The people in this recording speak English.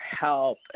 help